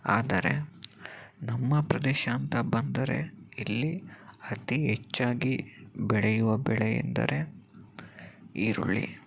ಆದರೆ ನಮ್ಮ ಪ್ರದೇಶ ಅಂತ ಬಂದರೆ ಇಲ್ಲಿ ಅತಿ ಹೆಚ್ಚಾಗಿ ಬೆಳೆಯುವ ಬೆಳೆ ಎಂದರೆ ಈರುಳ್ಳಿ